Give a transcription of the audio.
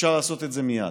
אפשר לעשות את זה מייד.